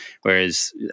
whereas